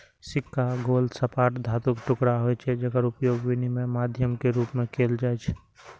सिक्का गोल, सपाट धातुक टुकड़ा होइ छै, जेकर उपयोग विनिमय माध्यम के रूप मे कैल जाइ छै